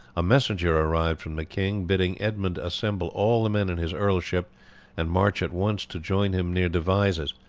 a messenger arrived from the king bidding edmund assemble all the men in his earlship and march at once to join him near devizes,